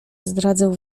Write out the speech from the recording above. zdradzał